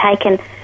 taken